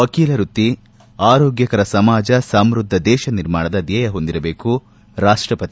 ವಕೀಲ ವೃತ್ತಿ ಆರೋಗ್ಯಕರ ಸಮಾಜ ಸಮೃದ್ಧ ದೇಶ ನಿರ್ಮಾಣದ ಧ್ಯೇಯ ಹೊಂದಿರಬೇಕು ರಾಷ್ಷಪತಿ